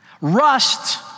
Rust